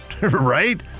Right